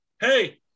Hey